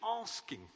asking